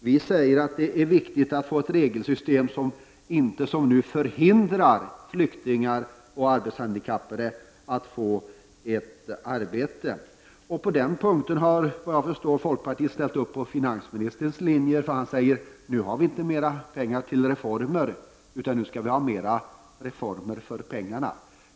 Vi säger att det är viktigt att man skapar ett regelsystem som inte som det nuvarande hindrar flyktingar och arbetshandikappade att få arbete. På den punkten har, såvitt jag förstår, folkpartiet ställt sig bakom finansministerns linje. Han säger: Nu har vi inte mer pengar till reformer utan nu skall vi ha fler reformer för pengarna.